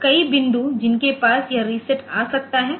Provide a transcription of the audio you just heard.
तो कई बिंदु जिनके द्वारा यह रीसेट आ सकता है